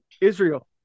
Israel